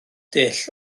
dull